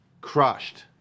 crushed